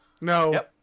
No